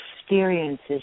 experiences